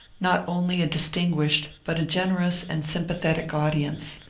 not only a distinguished but a gen erous and sympathetic audience.